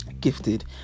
gifted